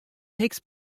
takes